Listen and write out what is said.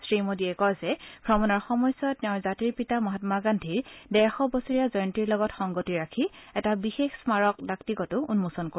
শ্ৰীমোদীয়ে কয় যে ভ্ৰমণৰ সময়ছোৱাত তেওঁ জাতিৰ পিতা মহামা গান্ধীৰ ডেৰশ বছৰীয়া জয়ন্তীৰ লগত সংগতি ৰাখি এটা বিশেষ স্মাৰক ডাকটিকটো উন্মোচন কৰিব